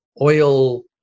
oil